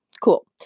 Cool